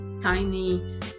tiny